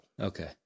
Okay